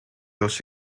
dos